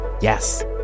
Yes